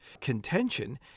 contention